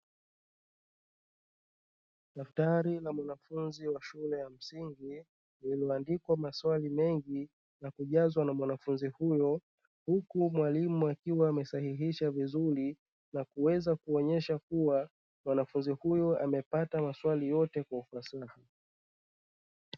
Daftari la mwanafunzi wa shule ya msingi lililoandikwa maswali mengi na kujazwa na mwanafunzi huyo huku mwalimu akiwa amesahihisha vizuri kwa kuweza kuonyesha kuwa mwanafunzi huyo amepata maswali yote kwa ufasaha.